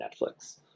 Netflix